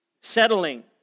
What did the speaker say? Settling